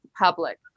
public